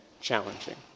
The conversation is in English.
challenging